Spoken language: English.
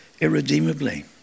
irredeemably